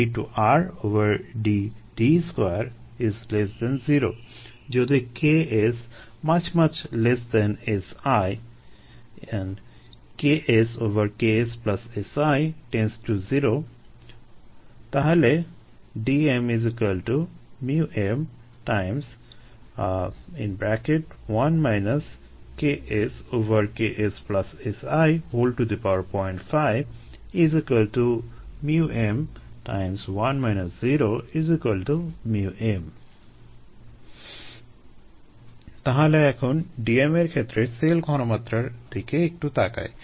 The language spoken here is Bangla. d2RdD20 যদি KSSi KSKSSi→0 তাহলে Dmm1 KSKSSi05m1 0m তাহলে এখন Dm এর ক্ষেত্রে সেল ঘনমাত্রার দিকে একটু তাকাই